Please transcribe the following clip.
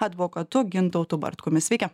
advokatu gintautu bartkumi sveiki